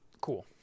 Cool